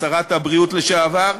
שרת הבריאות לשעבר.